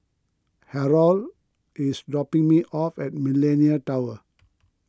Harrold is dropping me off at Millenia Tower